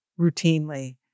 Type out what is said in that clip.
routinely